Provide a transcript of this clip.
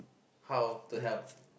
how to help